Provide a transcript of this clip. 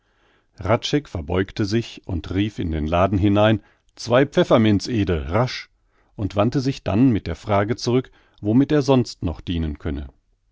verbeugte sich und rief in den laden hinein zwei pfefferminz ede rasch und wandte sich dann mit der frage zurück womit er sonst noch dienen könne